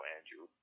Andrew